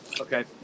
Okay